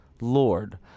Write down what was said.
Lord